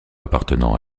appartenant